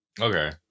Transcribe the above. Okay